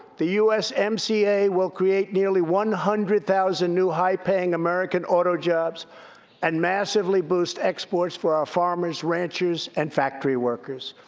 the usmca will create nearly one hundred thousand new, high-paying american auto jobs and massively boost exports for our farmers, ranchers, and factory workers.